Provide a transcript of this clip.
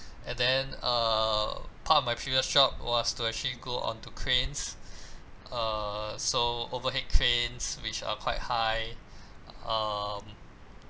and then err part of my previous job was to actually go onto cranes err so overhead cranes which are quite high um